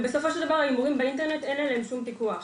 ובסופו של דבר באינטרנט אין עליהם שום פיקוח.